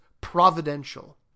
providential